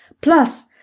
Plus